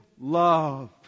love